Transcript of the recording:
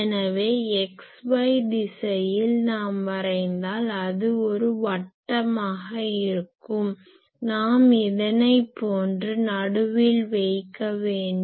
எனவே x y திசையில் நாம் வரைந்தால் அது ஒரு வட்டமாக இருக்கும் நாம் இதனை போன்று நடுவில் வைக்க வேண்டும்